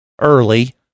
early